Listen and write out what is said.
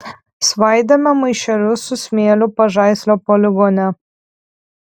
svaidėme maišelius su smėliu pažaislio poligone